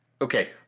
okay